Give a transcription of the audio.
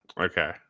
Okay